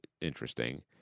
interesting